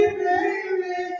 baby